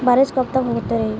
बरिस कबतक होते रही?